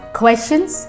questions